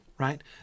Right